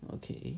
okay